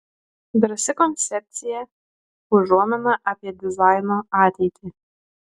drąsi koncepcija užuomina apie dizaino ateitį